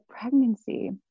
pregnancy